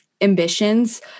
ambitions